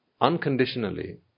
unconditionally